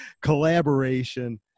collaboration